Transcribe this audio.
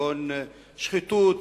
כגון שחיתות,